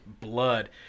blood